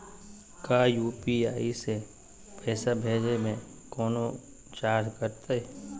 का यू.पी.आई से पैसा भेजे में कौनो चार्ज कटतई?